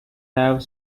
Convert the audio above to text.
have